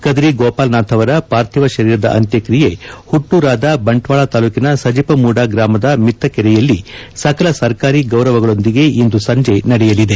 ಕದ್ರಿ ಗೋಪಾಲನಾಥ್ ಅವರ ಪಾರ್ಥಿವ ಶರೀರದ ಅಂತ್ಯಕ್ರಿಯೆ ಹುಟ್ಟೂರಾದ ಬಂಟ್ನಾಳ ತಾಲೂಕಿನ ಸಜಿಪಮೂಡ ಗ್ರಾಮದ ಮಿತ್ತಕೆರೆಯಲ್ಲಿ ಸಕಲ ಸರಕಾರಿ ಗೌರವಗಳೊಂದಿಗೆ ಇಂದು ಸಂಜೆ ನಡೆಯಲಿದೆ